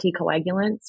anticoagulants